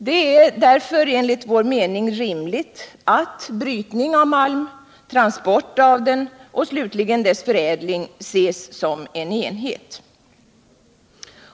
Det är därför enligt vår mening rimligt att brytning av malm, transport av den och slutligen dess förädling ses som en enhet.